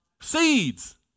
Seeds